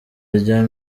rya